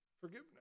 Forgiveness